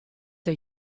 der